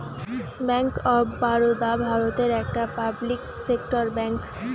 bank of Baroda ভারতের একটা public sector bank